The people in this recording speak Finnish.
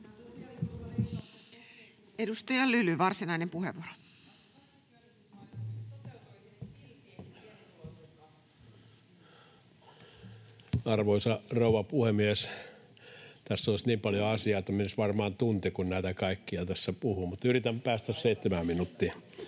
muuttamisesta Time: 01:07 Content: Arvoisa rouva puhemies! Tässä olisi niin paljon asiaa, että menisi varmaan tunti, kun näitä kaikkia tässä puhuisi, mutta yritän päästä seitsemään minuuttiin.